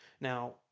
Now